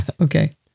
Okay